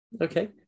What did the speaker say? Okay